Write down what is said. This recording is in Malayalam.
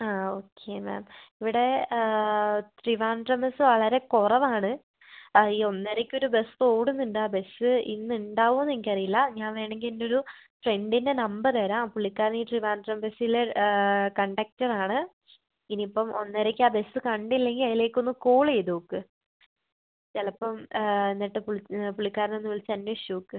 ആ ഓക്കെ മാം ഇവിടെ ട്രിവാൻഡ്രം ബസ് വളരെ കുറവാണ് അത് ഈ ഒന്നരയ്ക്ക് ഒരു ബസ് ഓടുന്നുണ്ട് ആ ബസ് ഇന്ന് ഉണ്ടാവുമോ എന്ന് എനിക്കറിയില്ല ഞാൻ വേണമെങ്കിൽ എൻ്റെ ഒരു ഫ്രണ്ടിൻ്റെ നമ്പർ തരാം പുള്ളിക്കാരൻ ഈ ട്രിവാൻഡ്രം ബസ്സിലെ കണ്ടക്ടർ ആണ് ഇനിയിപ്പം ഒന്നരയ്ക്ക് ആ ബസ് കണ്ടില്ലെങ്കിൽ അതിലേക്കൊന്ന് കോൾ ചെയ്തുനോക്ക് ചിലപ്പം എന്നിട്ട് പുള്ളി പുള്ളിക്കാരനെ ഒന്ന് വിളിച്ച് അന്വേഷിച്ച് നോക്ക്